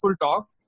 talk